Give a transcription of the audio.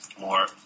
more